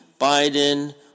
Biden